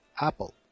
apple